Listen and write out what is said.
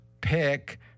pick